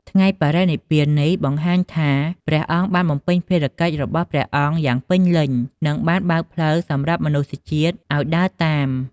ថ្ងៃបរិនិព្វាននេះ បង្ហាញថាព្រះអង្គបានបំពេញភារកិច្ចរបស់ព្រះអង្គយ៉ាងពេញលេញ និងបានបើកផ្លូវសម្រាប់មនុស្សជាតិឱ្យដើរតាម។